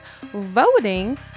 voting